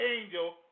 angel